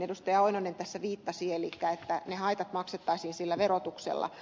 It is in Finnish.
oinonen tässä viittasi eli ne haitat maksettaisiin sillä verotuksella